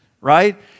right